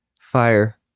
Fire